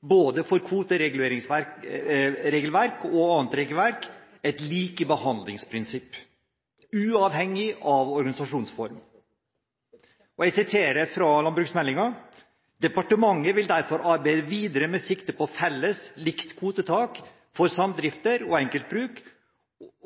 for både kvotereguleringsregelverk og annet regelverk, et likebehandlingsprinsipp uavhengig av organisasjonsform. Jeg siterer fra landbruksmeldingen: «Departementet vil derfor arbeide videre med sikte på felles/likt kvotetak for samdrifter og enkeltbruk